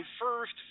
first